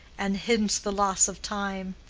and hint the loss of time.